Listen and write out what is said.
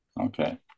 Okay